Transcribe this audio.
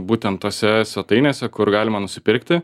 būtent tose svetainėse kur galima nusipirkti